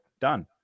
done